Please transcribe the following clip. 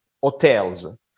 hotels